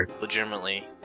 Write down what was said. legitimately